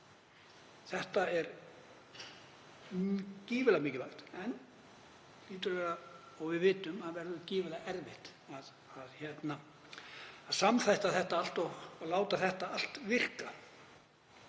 Þetta er gífurlega mikilvægt en við vitum að það verður gífurlega erfitt að samþætta þetta allt og láta það virka.